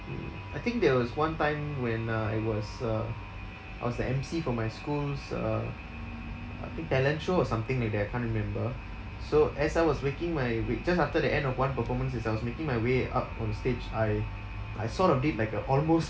mm I think there was one time when uh I was a I was the emcee for my school's uh I think talent show or something like that I can't remember so as I was making my way just after the end of one performance as I was making my way up onstage I I sort of did like uh almost